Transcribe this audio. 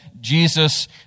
Jesus